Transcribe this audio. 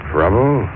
Trouble